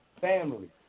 family